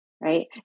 right